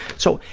so,